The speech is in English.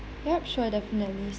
yup sure definitely